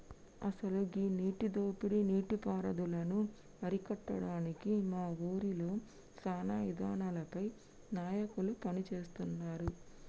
అసలు గీ నీటి దోపిడీ నీటి పారుదలను అరికట్టడానికి మా ఊరిలో సానా ఇదానాలపై నాయకులు పని సేస్తున్నారు